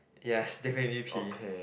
yes they made me pee